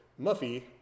Muffy